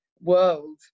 world